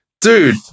dude